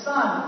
Son